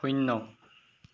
শূন্য